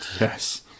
yes